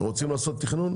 רוצים לעשות תכנון?